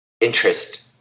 interest